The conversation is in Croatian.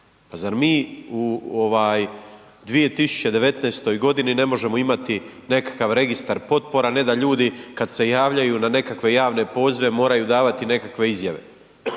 Pa zar mi u 2019. g. ne možemo imati nekakav registar potpora a ne da ljudi kad se javljaju na nekakve javne pozive moraju davati nekakve izjave?